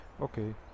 Okay